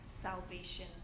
salvation